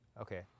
Okay